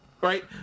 right